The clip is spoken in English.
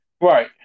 Right